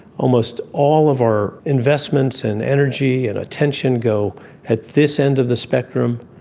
almost all of our investments and energy and attention go at this end of the spectrum,